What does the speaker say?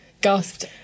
gasped